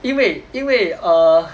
因为因为 err